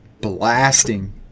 blasting